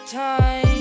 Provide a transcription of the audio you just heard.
time